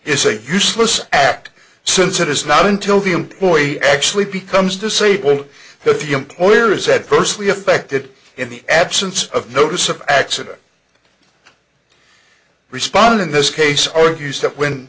is a useless act since it is not until the employee actually becomes disabled that the employer is adversely affected in the absence of notice of accident respond in this case argues that when